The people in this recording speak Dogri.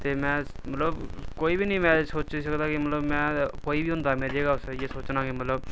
ते में मतलब कोई बी निं ऐ सोची सकदा कि मतलब में कोई बी होंदा मेरी जगह् उस इ'यै सोचना कि